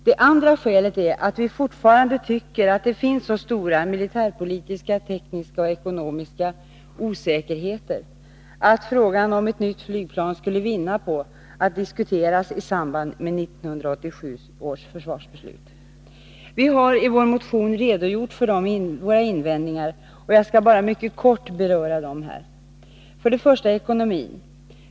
Det andra skälet är att vi fortfarande tycker att det finns så stor militärpolitisk, teknisk och ekonomisk osäkerhet att frågan om ett nytt flygplan skulle vinna på att diskuteras i samband med 1987 års försvarsbeslut. Vi har i vår motion redogjort för våra invändningar, och jag skall bara mycket kort beröra dem här. Den första gäller ekonomin.